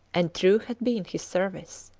and true had been his service.